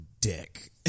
dick